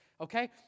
okay